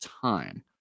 time